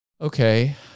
okay